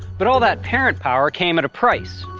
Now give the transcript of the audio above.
but all that parent power came at a price.